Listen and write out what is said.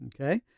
Okay